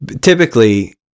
typically